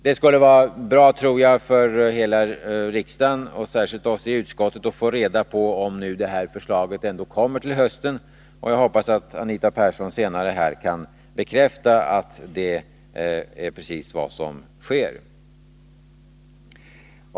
Det skulle vara bra för hela riksdagen, och särskilt för socialutskottet, att få reda på om förslag kommer till hösten. Jag hoppas att Anita Persson senare kan bekräfta att det är precis vad som kommer att ske.